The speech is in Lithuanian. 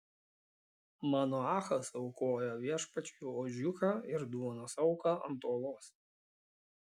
manoachas aukojo viešpačiui ožiuką ir duonos auką ant uolos